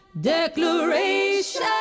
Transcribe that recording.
declaration